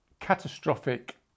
catastrophic